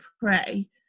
pray